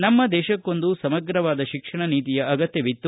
ನಮ್ನ ದೇಶಕ್ಕೊಂದು ಸಮಗ್ರವಾದ ಶಿಕ್ಷಣ ನೀತಿಯ ಅಗತ್ಜವಿತ್ತು